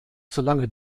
solange